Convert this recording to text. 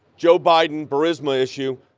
joe biden, burisma issue